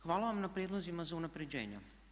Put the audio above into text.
Hvala vam na prijedlozima za unapređenja.